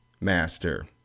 master